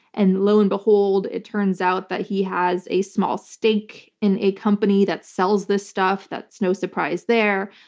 and lo and behold, it turns out that he has a small stake in a company that sells this stuff. that's no surprise there,